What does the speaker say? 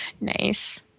Nice